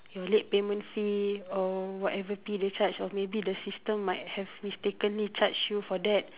your late payment fee or whatever fee they charge or maybe the system might have mistakenly charged you for that